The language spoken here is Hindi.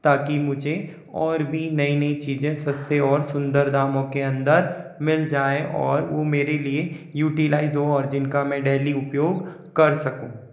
ताकि मुझे और भी नई नई चीज़ें सस्ते और सुंदर दामों के अंदर मिल जाए और वो मेरे लिए यूटिलाइज हो और जिन का मैं डैली उपयोग कर सकूँ